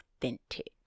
authentic